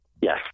Yes